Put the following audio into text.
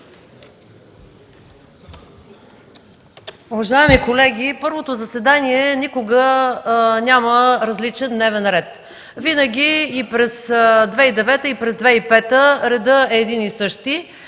Уважаеми колеги, първото заседание никога няма различен дневен ред. Винаги – и през 2009 г., и през 2005 г., редът е един и същи.